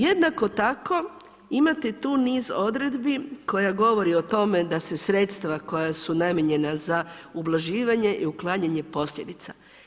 Jednako tako imate tu niz odredbi koje govore o tome da se sredstva koja su namijenjena za ublažavanje i uklanjanje posljedica.